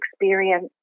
experience